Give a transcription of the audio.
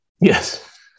Yes